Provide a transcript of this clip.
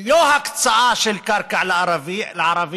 לא הקצאה של קרקע לערבים